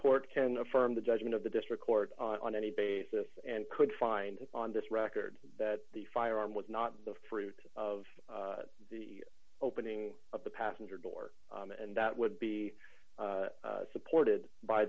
court can affirm the judgment of the district court on any basis and could find on this record that the firearm was not the fruit of the opening of the passenger door and that would be supported by